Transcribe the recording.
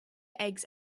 eggs